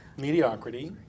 Mediocrity